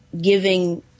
giving